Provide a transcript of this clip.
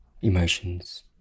Emotions